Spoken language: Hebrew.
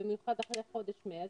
במיוחד אחרי חודש מרץ,